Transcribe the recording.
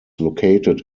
located